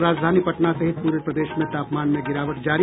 और राजधानी पटना सहित पूरे प्रदेश में तापमान में गिरावट जारी